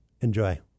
Enjoy